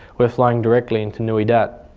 were flying directly into nui dat.